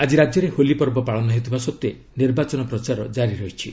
ଆଜି ରାଜ୍ୟରେ ହୋଲି ପର୍ବ ପାଳନ ହେଉଥିବା ସତ୍ତ୍ୱେ ନିର୍ବାଚନ ପ୍ରଚାର ଜାରି ରହିଛି